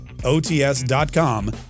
OTS.com